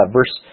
Verse